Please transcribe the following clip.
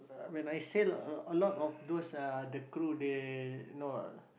when I say a lot of those uh the crew they know